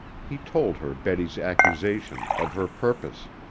he told her betty's accusation, of her purpose.